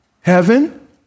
Heaven